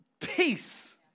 Peace